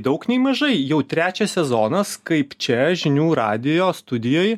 daug nei mažai jau trečias sezonas kaip čia žinių radijo studijoj